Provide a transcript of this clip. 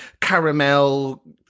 caramel